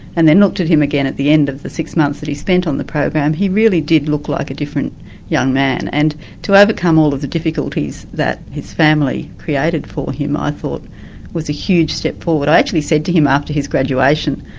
and then looked at him again at the end of the six months that he spent on the program, he really did look like a different young man, and to overcome all of the difficulties that his family created for him, i thought was a huge step forward. i actually said to him after his graduation,